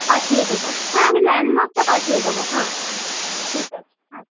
পাঠিয়ে দেবো হ্যাঁ আমি ল্যান্ডমার্কটা পাঠিয়ে দেবো হ্যাঁ হ্যাঁ ঠিক আছে আচ্ছা